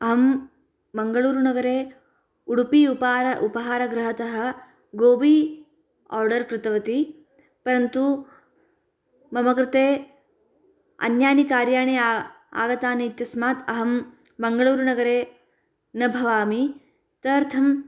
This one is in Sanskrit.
अहं मङ्गलूरुनगरे उडुपि उपहार उपहारगृहतः गोबि ओर्डर् कृतवती परन्तु मम कृते अन्यानि कार्याणि आगतानि इत्यस्मात् अहं मङ्गलूरुनगरे न भवामि तदर्थंम्